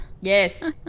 Yes